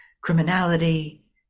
criminality